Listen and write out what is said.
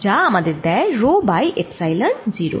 যা আমাদের দেয় রো বাই এপ্সাইলন 0